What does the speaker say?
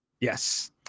Yes